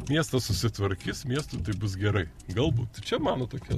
miestas susitvarkys miestui taip bus gerai galbūt čia mano tokia